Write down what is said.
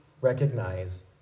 recognize